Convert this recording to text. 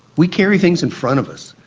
we carry things in front of us.